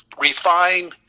refine